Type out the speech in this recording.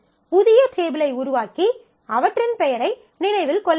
புதிய டேபிளை உருவாக்கி அவற்றின் பெயரை நினைவில் கொள்ள வேண்டும்